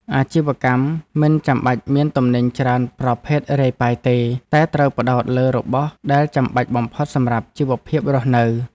អាជីវកម្មមិនចាំបាច់មានទំនិញច្រើនប្រភេទរាយប៉ាយទេ តែត្រូវផ្ដោតលើរបស់ដែលចាំបាច់បំផុតសម្រាប់ជីវភាពរស់នៅ។